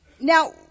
Now